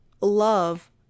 love